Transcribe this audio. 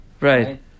Right